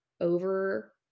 over